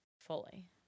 fully